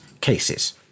cases